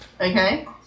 Okay